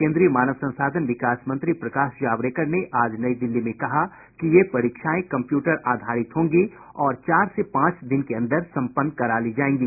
केंद्रीय मानव संसाधन विकास मंत्री प्रकाश जावड़ेकर ने आज नई दिल्ली में कहा कि ये परीक्षायें कम्प्यूटर आधारित होंगी और चार से पांच दिन के अंदर संपन्न करा ली जाएंगी